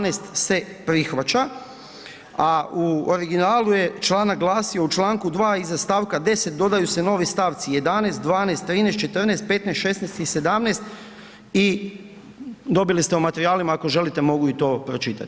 12 se prihvaća, a u originalu je članak glasio, u čl. 2 iza st. 10 dodaju se novi stavci, 11., 12., 13., 14., 15., 16. i 17. i dobili ste u materijalima, ako želite mogu i to pročitati.